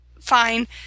Fine